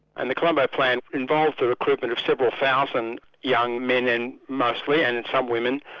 and the colombo plan involves the recruitment of several thousand young men and mostly, and and some women,